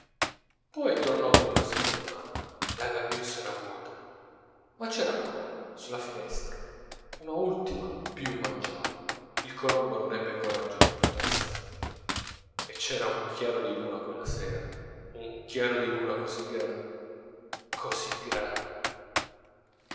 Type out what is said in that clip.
poi tornò dopo una settimana la gabbiuzza era vuota ma c'era ancora sulla finestra una ultima piuma gialla il colombo non ebbe coraggio di portarsela via e c'era un chiaro di luna quella sera un chiaro di luna così grande così grande